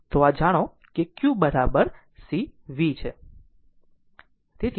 તો આ જાણો કે q cv છે